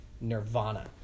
nirvana